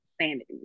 sanity